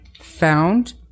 found